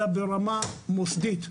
אלא ברמה מוסדית.